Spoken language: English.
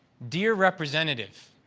dear representative,